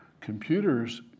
Computers